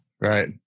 right